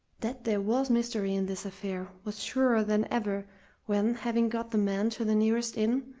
that there was mystery in this affair was surer than ever when, having got the man to the nearest inn,